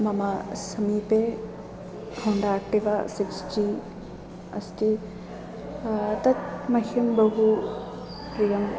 मम समीपे Honda Activa six G अस्ति तत् मह्यं बहु प्रियम्